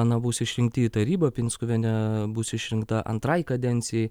na bus išrinkti į taryba pinskuviene bus išrinkta antrai kadencijai